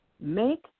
Make